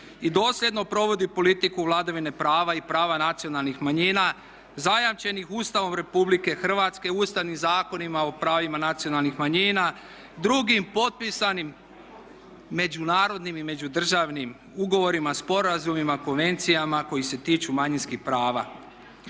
i dosljedno provodi politiku vladavine prava i prava nacionalnih manjina zajamčenih Ustavom Republike Hrvatske, ustavnim zakonima o pravima nacionalnih manjina, drugim potpisanim međunarodnim i međudržavnim ugovorima, sporazumima, konvencijama koji se tiču manjinskih prava.